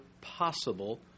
possible